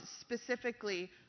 specifically